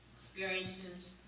experiences,